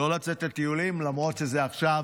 לא לצאת לטיולים, למרות שזה עכשיו